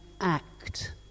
act